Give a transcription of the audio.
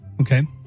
okay